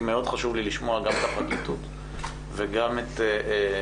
מאוד חשוב לי לשמוע גם את הפרקליטות ואת המשטרה.